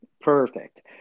Perfect